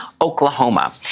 Oklahoma